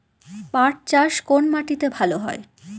পাট চাষ কোন মাটিতে ভালো হয়?